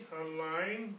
online